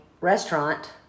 restaurant